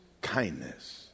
kindness